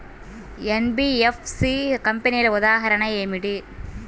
NBFC కంపెనీల ఉదాహరణ ఏమిటి?